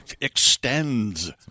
extends